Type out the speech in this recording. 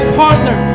partner